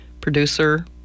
producer